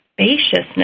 spaciousness